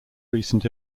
recent